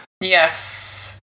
Yes